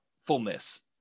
fullness